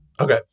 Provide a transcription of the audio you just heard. Okay